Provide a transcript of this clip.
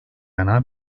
yana